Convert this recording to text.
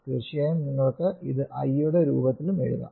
തീർച്ചയായും നിങ്ങൾക്ക് ഇത് I യുടെ രൂപത്തിലും എഴുതാം